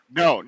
no